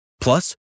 Plus